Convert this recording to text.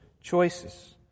choices